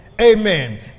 Amen